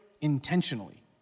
intentionally